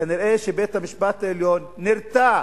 כנראה שבית-המשפט העליון נרתע,